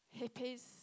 hippies